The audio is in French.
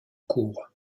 cours